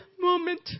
moment